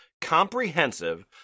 comprehensive